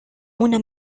una